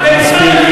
אני צריך